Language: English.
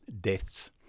deaths